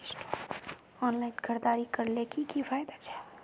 Online खरीदारी करले की की फायदा छे?